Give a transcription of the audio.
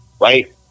Right